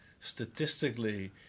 statistically